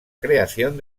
creación